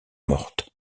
mortes